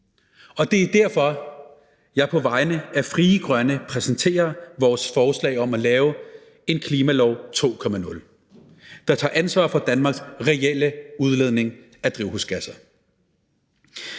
Og det er derfor, jeg på vegne af Frie Grønne præsenterer vores forslag om at lave en klimalov 2.0, der tager ansvar for Danmarks reelle udledning af drivhusgasser,